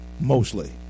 mostly